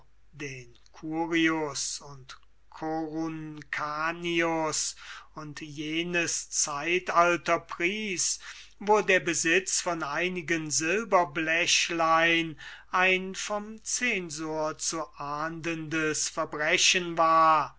den curius und coruncanius und jenes zeitalter pries wo der besitz von einigen silberblechlein ein vom censor zu ahndendes verbrechen war